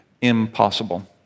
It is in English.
impossible